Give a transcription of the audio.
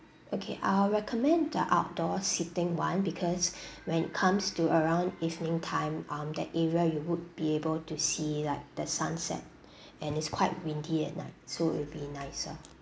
okay I'll recommend the outdoor seating [one] because when it comes to around evening time um that area you would be able to see like the sunset and is quite windy at night so it'll be nicer